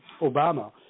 Obama